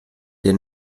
der